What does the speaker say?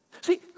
See